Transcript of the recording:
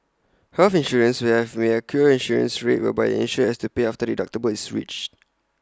health insurance may have may have A co insurance rate whereby the insured has to pay after the deductible is reached